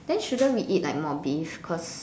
then shouldn't we eat like more beef cause